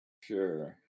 Sure